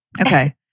Okay